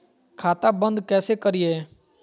खाता बंद कैसे करिए?